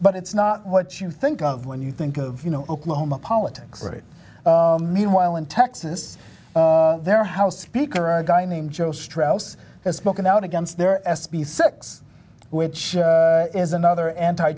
but it's not what you think of when you think of you know politics right meanwhile in texas their house speaker a guy named joe strauss and spoken out against their s p six which is another anti